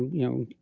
you know,